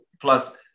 plus